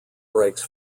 brakes